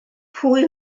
pwy